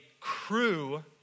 crew